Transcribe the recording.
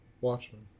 Watchmen